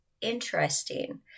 interesting